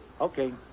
Okay